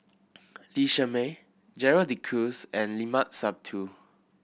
Lee Shermay Gerald De Cruz and Limat Sabtu